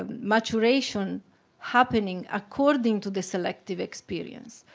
um maturation happening according to the selective experience?